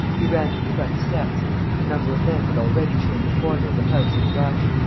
he ran to the front steps a number of men had already turned the corner of the house at a rush.